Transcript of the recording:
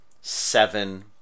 seven